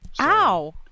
Ow